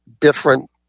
different